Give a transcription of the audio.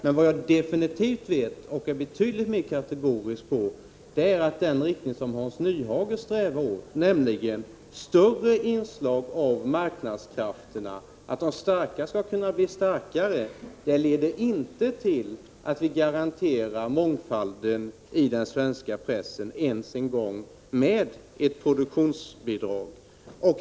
Men vad jag definitivt vet och vill uttala mig betydligt mer kategoriskt om är att den inriktning på presstödet som Hans Nyhage strävar efter — nämligen större inslag av marknadskrafterna, så att de starka kan bli starkare — inte leder till att vi garanterar mångfalden i den svenska pressen ens med ett produktionsbidrag.